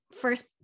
first